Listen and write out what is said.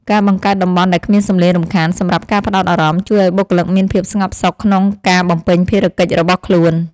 ការបង្កើតតំបន់ដែលគ្មានសំឡេងរំខានសម្រាប់ការផ្ដោតអារម្មណ៍ ជួយឱ្យបុគ្គលិកមានភាពស្ងប់សុខក្នុងការបំពេញភារកិច្ចរបស់ខ្លួន។